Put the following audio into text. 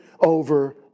over